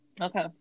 okay